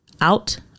out